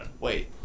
wait